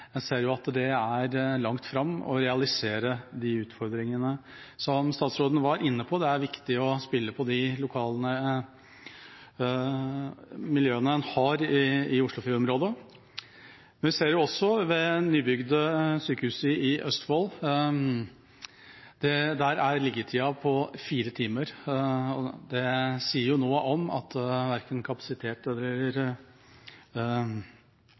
jeg ser at det er langt fram til man får realisert de planene. Som statsråden var inne på, er det viktig å spille på de miljøene en har i Oslofjord-området. Men vi ser også at ved det nybygde sykehuset i Østfold er liggetida på fire timer. Det sier noe om at verken kapasitet eller